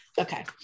Okay